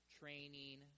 training